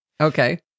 Okay